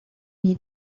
need